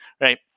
right